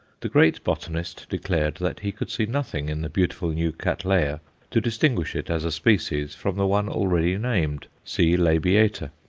the great botanist declared that he could see nothing in the beautiful new cattleya to distinguish it as a species from the one already named, c. labiata,